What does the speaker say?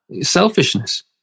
selfishness